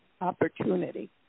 opportunity